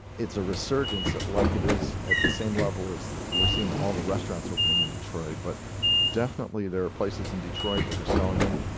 it's a resurgence like it is at the same level as we're seeing all the restaurants opening in detroit, but definitely there are places in detroit that are selling them.